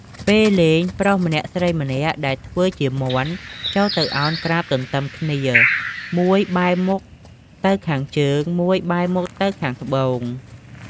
ពេលលេងប្រុសម្នាក់ស្រីម្នាក់ដែលធ្វើជាមាន់ចូលទៅឱនក្រាបទន្ទឹម គ្នា មួយបែរមុខទៅខាងជើង មួយបែរមុខទៅខាងត្បូង ។